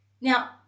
Now